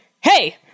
Hey